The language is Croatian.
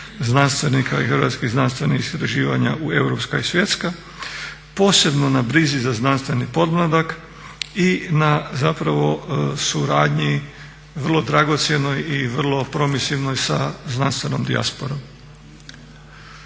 znanstvenika i hrvatskih znanstvenih istraživanja u europska i svjetska, posebno na brizi za znanstveni pomladak i na zapravo suradnji vrlo dragocjenoj i vrlo permisivnoj sa znanstvenom dijasporom.